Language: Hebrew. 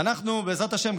בעזרת השם,